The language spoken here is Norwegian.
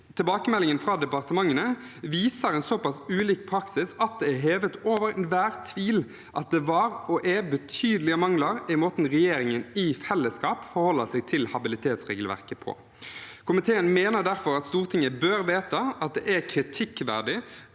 Tilbakemeldingen fra departementene viser en såpass ulik praksis at det er hevet over enhver tvil at det var og er betydelige mangler i måten regjeringen i fellesskap forholder seg til habilitetsregelverket på. Komiteen mener derfor at Stortinget bør vedta at det er kritikkverdig